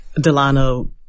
Delano